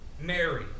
Mary